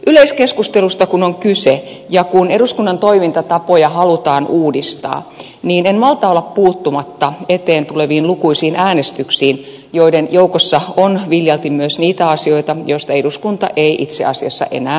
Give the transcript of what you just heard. yleiskeskustelusta kun on kyse ja kun eduskunnan toimintatapoja halutaan uudistaa niin en malta olla puuttumatta eteen tuleviin lukuisiin äänestyksiin joiden joukossa on viljalti myös niitä asioita joista eduskunta ei itse asiassa enää suoraan päätä